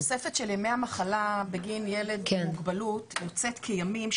התוספת של ימי המחלה בגין ילד עם מוגבלות יוצאת כימים,